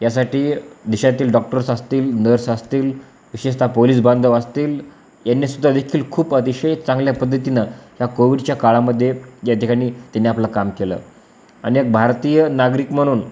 यासाठी देशातील डॉक्टर्स असतील नर्स असतील विशेषतः पोलीस बांधव असतील यांनीसुद्धा देखील खूप अतिशय चांगल्या पद्धतीनं या कोविडच्या काळामध्ये या ठिकाणी त्यांनी आपलं काम केलं आणि भारतीय नागरिक म्हणून